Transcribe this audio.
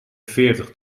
veertig